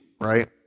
right